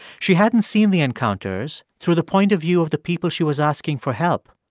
she hadn't seen the encounters through the point of view of the people she was asking for help.